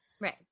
Right